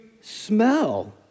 smell